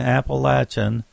Appalachian